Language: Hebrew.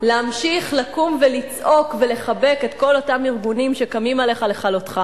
להמשיך לקום ולצעוק ולחבק את כל אותם ארגונים שקמים עליך לכלותך.